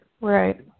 Right